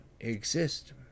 exist